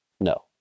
No